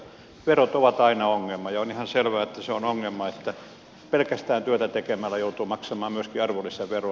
verot ovat aina ongelma ja on ihan selvää että se on ongelma että pelkästään työtä tekemällä joutuu maksamaan myöskin arvonlisäveroa